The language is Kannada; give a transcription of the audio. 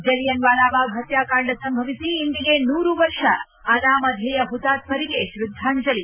ಜಲಿಯನ್ ವಾಲಾಬಾಗ್ ಹತ್ಕಾಕಾಂಡ ಸಂಭವಿಸಿ ಇಂದಿಗೆ ನೂರು ವರ್ಷ ಅನಾಮಧೇಯ ಹುತಾತ್ನರಿಗೆ ಶ್ರದ್ಗಾಂಜಲಿ